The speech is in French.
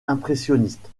impressionniste